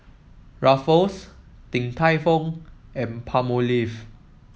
Ruffles Din Tai Fung and Palmolive